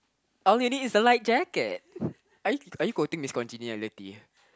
all you need is a light jacket are you are you quoting this continuality